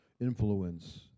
influence